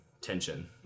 tension